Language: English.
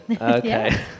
Okay